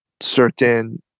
certain